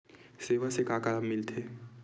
सेवा से का का मिलथे?